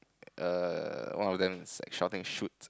err one of them is like shotting shoot